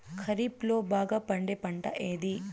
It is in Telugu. ఖరీఫ్ లో బాగా పండే పంట ఏది?